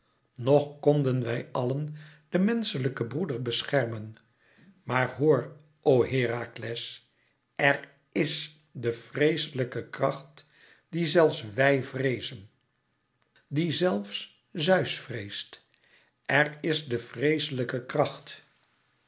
nog konden wij àllen den menschelijken broeder beschermen maar hoor o herakles er is de vreeslijke kracht die zelfs wij vreezen die zelfs zeus vreest er is de vreeslijke kracht